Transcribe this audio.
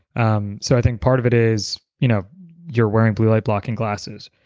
um so i think part of it is you know you're wearing blue light blocking glasses,